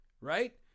right